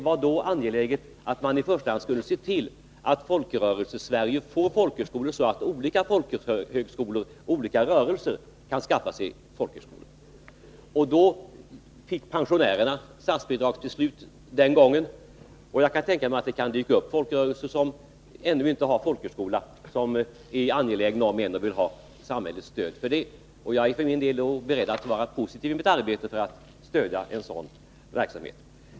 I stället skall man i första hand se till, att olika rörelser i Folkrörelsesverige kan skaffa sig folkhögskolor. Den gången fick pensionärerna statsbidrag. Jag kan tänka mig att det återigen dyker upp folkrörelser som ännu inte har folkhögskola men är angelägna om en och vill ha samhällets stöd, och jag är för min del beredd att positivt stödja en sådan verksamhet.